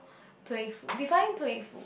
playful defiing playful